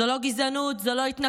זו לא גזענות, זו לא התנכלות,